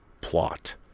plot